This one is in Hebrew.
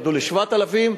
ירדו ל-7,000,